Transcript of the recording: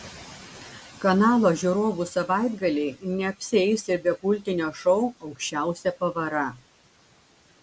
kanalo žiūrovų savaitgaliai neapsieis ir be kultinio šou aukščiausia pavara